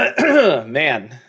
man